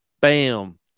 Bam